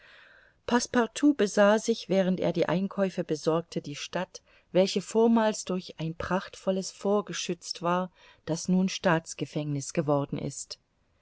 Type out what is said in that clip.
besah sich während er die einkäufe besorgte die stadt welche vormals durch ein prachtvolles fort geschützt war das nun staatsgefängniß geworden ist